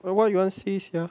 well what you want say sia